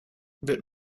wird